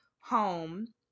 home